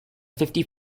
fifty